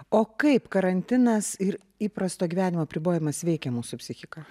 o kaip karantinas ir įprasto gyvenimo apribojimas veikia mūsų psichiką